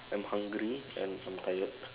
I'm hungry and I'm tired